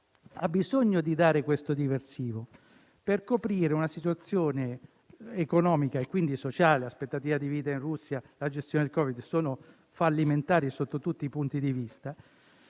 Ha bisogno di creare questo diversivo, per coprire la situazione economica e quindi sociale: l'aspettativa di vita in Russia e la gestione del Covid, infatti, sono fallimentari sotto tutti i punti di vista;